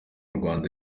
rwanda